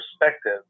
perspective